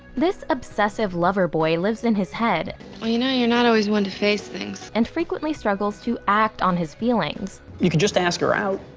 this obsessive lover-boy lives in his head. well, you know, you're not always one to face things. and frequently struggles to act on his feelings you could just ask her out.